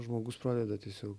žmogus pradeda tiesiog